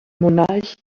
monarch